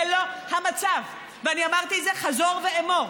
זה לא המצב, ואני אמרתי את זה חזור ואמור.